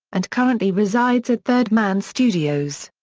and currently resides at third man studios.